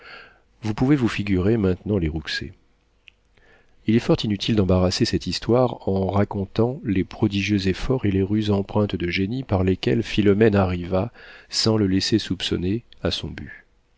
vous pouvez vous figurer maintenant les rouxey il est fort inutile d'embarrasser cette histoire en racontant les prodigieux efforts et les ruses empreintes de génie par lesquels philomène arriva sans le laisser soupçonner à son but